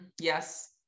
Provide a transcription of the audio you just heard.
Yes